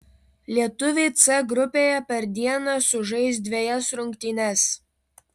lietuviai c grupėje per dieną sužais dvejas rungtynes